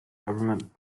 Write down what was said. government